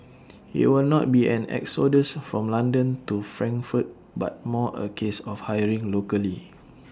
IT will not be an exodus from London to Frankfurt but more A case of hiring locally